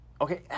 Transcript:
Okay